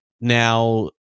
now